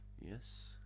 Yes